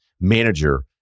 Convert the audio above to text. manager